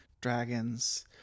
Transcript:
Dragons